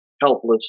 helpless